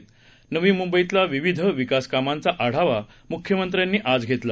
त नवीमुंबईतल्याविविधविकासकामांचाआढावामुख्यमंत्र्यांनीआजघेतला